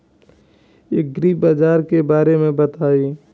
एग्रीबाजार के बारे में बताई?